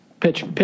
Pitch